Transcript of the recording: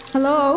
Hello